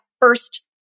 first